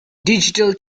digital